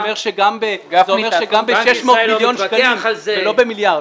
זה אומר שגם ב-600 מיליון שקלים ולא במיליארד...